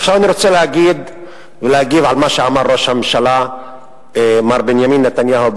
עכשיו אני רוצה להגיד ולהגיב על מה שאמר ראש הממשלה מר בנימין נתניהו,